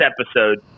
episode